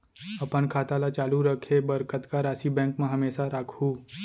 अपन खाता ल चालू रखे बर कतका राशि बैंक म हमेशा राखहूँ?